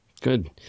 Good